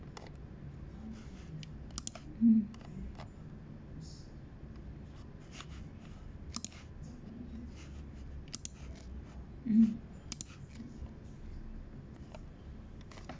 mm mm